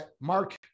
Mark